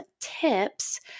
tips